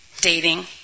dating